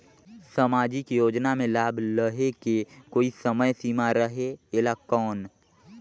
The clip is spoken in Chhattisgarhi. समाजिक योजना मे लाभ लहे के कोई समय सीमा रहे एला कौन?